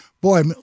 Boy